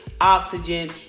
oxygen